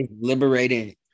liberating